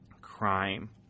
crime